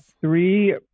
Three